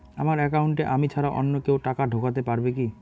আমার একাউন্টে আমি ছাড়া অন্য কেউ টাকা ঢোকাতে পারবে কি?